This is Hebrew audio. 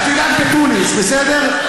אז תדאג בתוניס, בסדר?